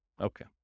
Okay